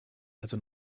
also